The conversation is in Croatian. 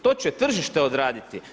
To će tržište odraditi.